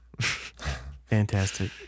Fantastic